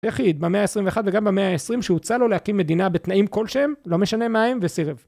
היחיד במאה ה-21 וגם במאה ה-20 שהוצע לו להקים מדינה בתנאים כלשהם, לא משנה מהם וסירב.